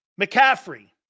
McCaffrey